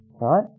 right